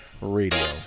Radio